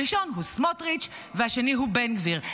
הראשון הוא סמוטריץ' והשני הוא בן גביר.